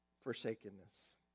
forsakenness